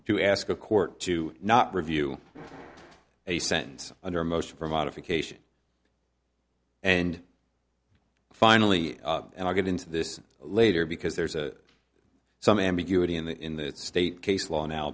to ask a court to not review a sentence under a motion for modification and finally and get into this later because there's a some ambiguity in that in the state case law now